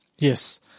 Yes